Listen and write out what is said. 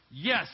Yes